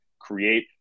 create